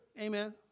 Amen